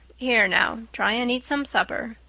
here now, try and eat some supper.